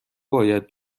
باید